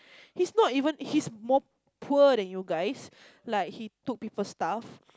he's not even he's more poor than you guys like he took people stuff